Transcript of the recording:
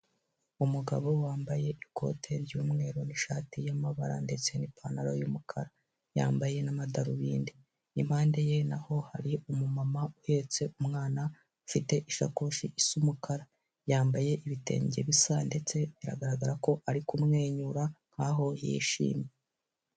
Umugabo wambaye ikote ry'umweru n'ishati y'amabara ndetse n'ipantaro y'umukara. yambaye n'amadarubindi, impande ye naho hari umumama uhetse umwana ufite isakoshi isa umukara, yambaye ibitenge bisa ndetse biragaragara ko ari kumwenyura nk'aho yishimye.